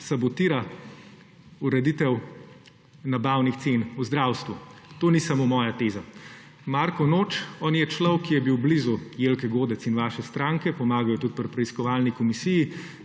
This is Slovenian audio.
sabotira ureditev nabavnih cen v zdravstvu. To ni samo moja teza. Marko Noč, on je človek, ki je bil blizu Jelke Godec in vaše stranke, pomagal je tudi pri preiskovalni komisiji,